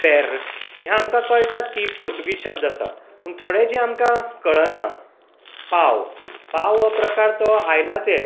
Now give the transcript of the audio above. फॅर्र हें आमकां कळटात की पुर्तुगीज शब्द आसात पूण थोडें जें आमकां कळना पाव पाव हो प्रकार तो आयलांच हें